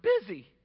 busy